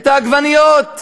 את העגבניות,